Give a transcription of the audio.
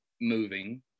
moving